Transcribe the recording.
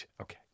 Okay